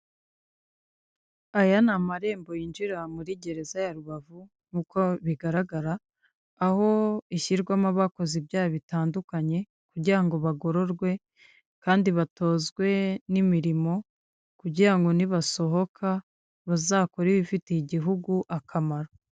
Aya ni amarembo yinjirira muri gereza ya Rubavu nk'uko bigaragara, aho ishyirwamo abakoze ibyaha bitandukanye kugira ngo bagororwe kandi batozwe n'imirimo kugira ngo nibasohoka bazakore ibifitiye igihugu akamaro.